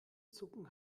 zucken